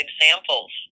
examples